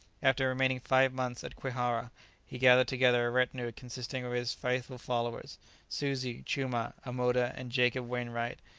after remaining five months at kwihara he gathered together a retinue consisting of his faithful followers suzi, chumah, amoda, and jacob wainwright,